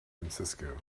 francisco